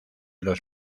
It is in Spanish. los